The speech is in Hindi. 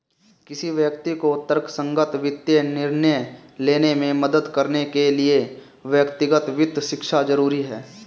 किसी व्यक्ति को तर्कसंगत वित्तीय निर्णय लेने में मदद करने के लिए व्यक्तिगत वित्त शिक्षा जरुरी है